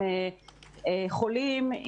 עם חולים,